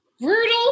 Brutal